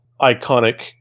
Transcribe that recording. iconic